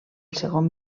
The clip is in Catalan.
segon